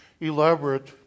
Elaborate